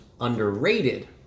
underrated